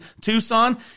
Tucson